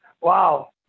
Wow